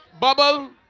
Bubble